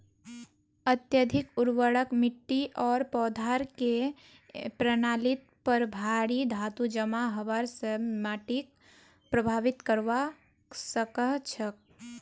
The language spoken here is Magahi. अत्यधिक उर्वरक मिट्टी आर पौधार के प्रणालीत पर भारी धातू जमा हबार स मिट्टीक प्रभावित करवा सकह छह